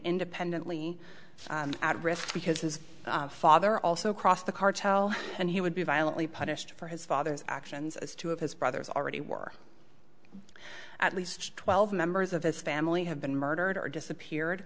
independently at risk because his father also crossed the cartel and he would be violently punished for his father's actions as two of his brothers already were at least twelve members of his family have been murdered or disappeared